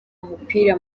umupira